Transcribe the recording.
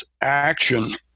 action